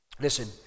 Listen